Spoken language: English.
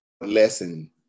lesson